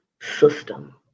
system